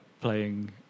playing